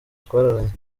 twararanye